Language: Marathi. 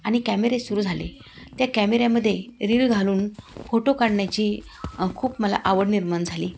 आणि कॅमेरे सुरू झाले त्या कॅमेऱ्यामदे रीळ घालून फोटो काढण्याची खूप मला आवड निर्माण झाली